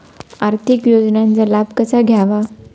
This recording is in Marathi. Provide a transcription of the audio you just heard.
आर्थिक योजनांचा लाभ कसा घ्यावा?